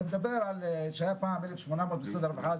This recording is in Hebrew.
אתה מדבר שהיה פעם 1,800 במשרד הרווחה,